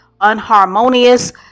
unharmonious